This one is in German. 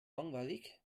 langweilig